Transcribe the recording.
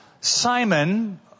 Simon